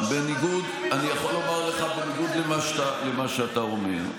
בניגוד למה שאתה אומר,